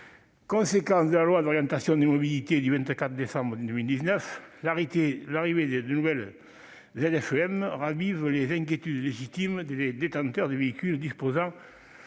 Conséquence de la loi d'orientation des mobilités du 24 décembre 2019, l'arrivée de nouvelles ZFEM ravive les inquiétudes légitimes des détenteurs de véhicules disposant